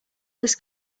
this